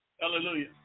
Hallelujah